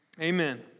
Amen